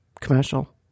commercial